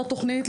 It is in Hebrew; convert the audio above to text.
לא תוכנית,